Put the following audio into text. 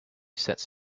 sets